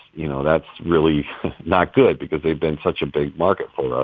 you know, that's really not good because they've been such a big market for us.